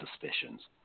suspicions